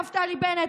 נפתלי בנט,